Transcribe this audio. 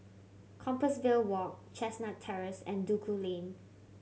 Compassvale Walk Chestnut Terrace and Duku Lane